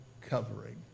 covering